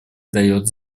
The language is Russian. дает